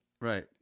Right